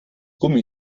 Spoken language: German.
gummi